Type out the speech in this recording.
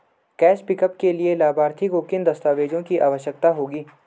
Cash pickup के लिए लाभार्थी को किन दस्तावेजों की आवश्यकता होगी?